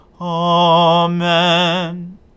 Amen